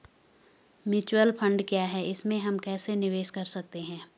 Mutual fund क्या है इसमें हम कैसे निवेश कर सकते हैं?